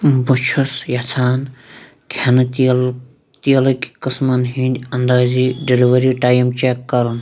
بہٕ چھُس یژھان کھٮ۪نہٕ تیٖل تیٖلٕکۍ قٕسمن ہِنٛدۍ انٛدٲزی ڈِلؤری ٹایم چیک کرُن